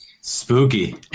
Spooky